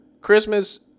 Christmas